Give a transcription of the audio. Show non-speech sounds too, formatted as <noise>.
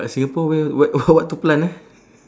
but singapore where what <noise> what to plant ah